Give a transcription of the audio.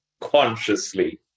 consciously